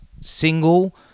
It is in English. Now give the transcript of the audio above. single